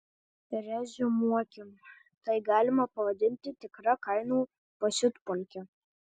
reziumuokim tai galima pavadinti tikra kainų pasiutpolke